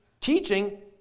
teaching